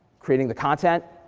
creating the content,